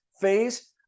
phase